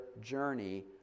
journey